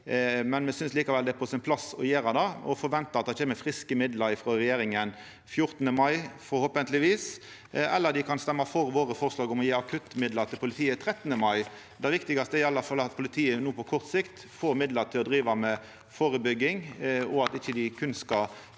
men me synest likevel det er på sin plass å gjera det. Me forventar at det kjem friske midlar frå regjeringa den 14. mai, forhåpentlegvis, eller så kan dei stemma for våre forslag den 13. mai om å gje akuttmidlar til politiet. Det viktigaste er i alle fall at politiet på kort sikt får midlar til å driva med førebygging, og at dei ikkje berre skal